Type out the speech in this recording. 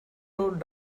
flowed